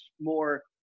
more